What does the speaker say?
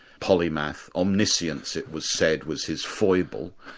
polymath, omniscience it was said was his foible,